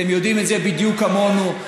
אתם יודעים את זה בדיוק כמונו.